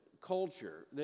culture